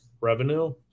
revenue